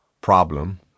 problem